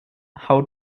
how